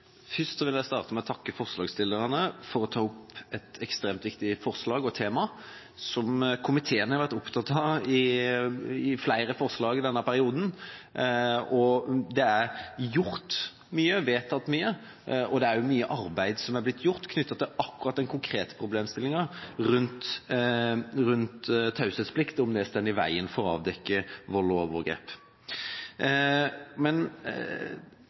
Først vil jeg takke forslagsstillerne for å ta opp et ekstremt viktig tema og viktige forslag – som komiteen har vært opptatt av ved flere anledninger i denne perioden. Det er gjort mye og vedtatt mye. Mye arbeid er også blitt gjort knyttet til den konkrete problemstillingen om hvorvidt taushetsplikt står i veien for å avdekke vold og overgrep.